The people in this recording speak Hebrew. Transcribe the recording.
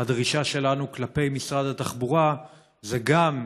הדרישה שלנו כלפי משרד התחבורה זה גם,